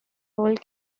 old